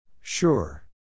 Sure